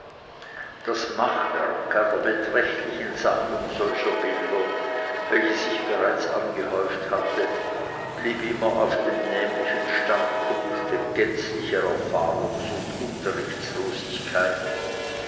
das machwerk an der beträchtlichen sammlung solcher bilder welche sich bereits angehäuft hatte blieb immer auf dem nämlichen standpunkte gänzlicher erfahrungs und